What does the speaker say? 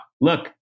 look